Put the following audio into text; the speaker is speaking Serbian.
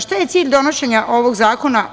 Šta je cilj donošenja ovog zakona.